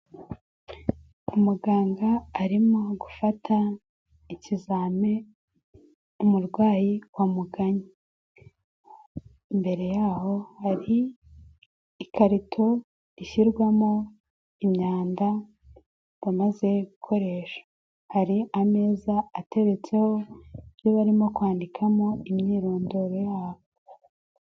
Umuganga arimo gufata ikizami umurwayi wa muganga, imbere yaho hari ikarito ishyirwamo imyanda bamaze gukoresha, hari ameza ateretseho ibyo barimo kwandikamo imyirondoro yabo.